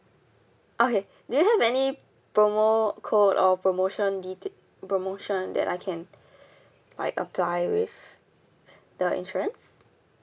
okay do you have any promo code or promotion deta~ promotion that I can like apply with the insurance